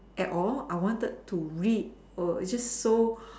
at all I wanted to read oh it's just so